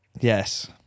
yes